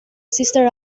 sister